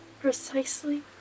Precisely